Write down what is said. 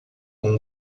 com